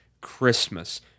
Christmas